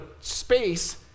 space